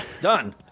Done